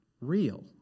real